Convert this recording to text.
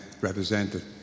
represented